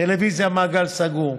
טלוויזיה במעגל סגור,